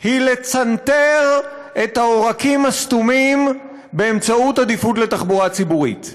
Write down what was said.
היא לצנתר את העורקים הסתומים באמצעות עדיפות לתחבורה ציבורית.